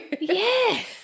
yes